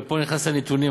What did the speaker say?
ופה אני נכנס לנתונים.